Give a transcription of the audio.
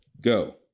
Go